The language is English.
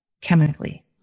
chemically